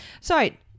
Sorry